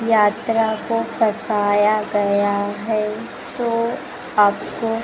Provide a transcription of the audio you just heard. यात्रा को फंसाया गया है तो आपको